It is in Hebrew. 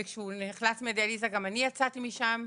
וכשהוא נחלץ מהדיאליזה גם אני יצאתי משם.